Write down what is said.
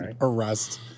arrest